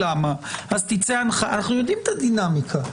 אנו יודעים את הדינמיקה.